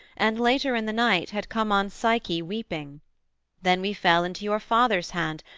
and later in the night had come on psyche weeping then we fell into your father's hand,